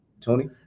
Tony